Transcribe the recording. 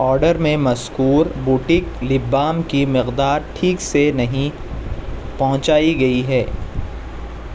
order میں مذکور boutique lip balm کی مقدار ٹھیک سے نہیں پہنچائی گئی ہے